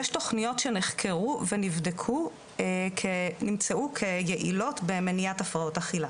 יש תוכניות שנחקרו ונבדקו ונמצאו כיעילות במניעת הפרעות אכילה,